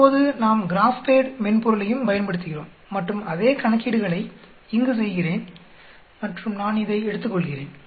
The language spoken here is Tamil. இப்போது நாம் கிராப்பேட் மென்பொருளையும் பயன்படுத்துகிறோம் மற்றும் அதே கணக்கீடுகளை இங்கு செய்கிறேன் மற்றும் நான் இதை எடுத்துக்கொள்கிறேன்